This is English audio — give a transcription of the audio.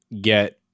get